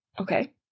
Okay